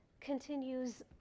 continues